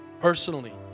personally